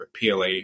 PLA